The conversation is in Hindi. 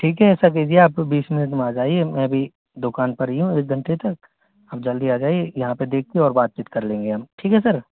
ठीक है आप ऐसा कीजिए आपको बीस मिनट में आ जाइए मैं भी दुकान पर ही हूँ एक घंटे तक आप जल्दी आ जाइए यहाँ पर देखिए और बातचीत कर लेंगे हम ठीक है सर